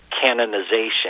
canonization